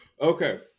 Okay